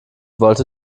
wollte